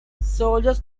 soldiers